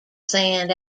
sand